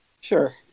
Sure